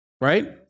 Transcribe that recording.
right